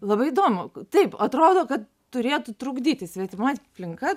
labai įdomu taip atrodo kad turėtų trukdyti svetimoj aplinka